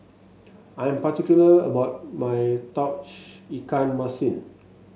I am particular about my Tauge Ikan Masin